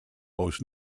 most